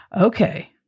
okay